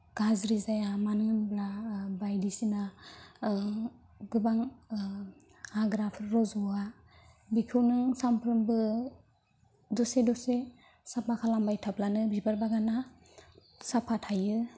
गाज्रि जाया मानो होनब्ला बायदिसिना गोबां हाग्राफोर रज'आ बेखौ नों सानफ्रोमबो दसे दसे साफा खालामबाय थाब्लानो बिबार बागाना साफा थायो